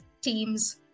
teams